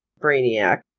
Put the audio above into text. Brainiac